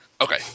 Okay